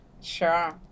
Sure